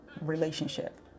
relationship